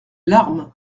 larmes